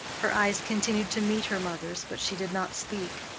her eyes continued to meet her mother's, but she did not speak.